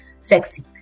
sexy